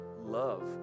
love